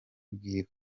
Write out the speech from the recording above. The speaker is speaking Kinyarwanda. bwiwe